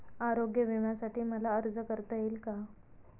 आरोग्य विम्यासाठी मला अर्ज करता येईल का?